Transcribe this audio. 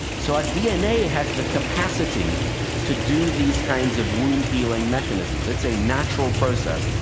so our dna has the capacity to do these kinds of wound-healing mechanisms. it's a natural process,